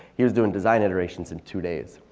he was doing design iterations in two days.